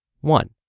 one